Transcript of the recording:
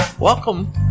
Welcome